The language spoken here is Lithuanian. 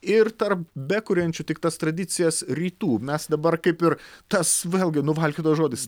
ir tarp bekuriančių tik tas tradicijas rytų mes dabar kaip ir tas vėlgi nuvalkiotas žodis